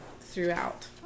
throughout